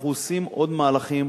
אנחנו עושים עוד מהלכים